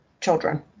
children